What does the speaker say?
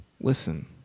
Listen